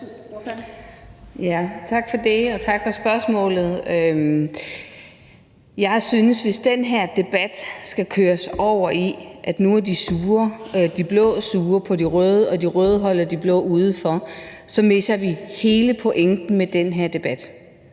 Tak for det, og tak for spørgsmålet. Jeg synes, at hvis den her debat skal køres over i, at nu er de blå sure på de røde og de røde holder de blå udenfor, så misser vi hele pointen med den her debat.